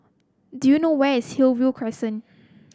do you know where is Hillview Crescent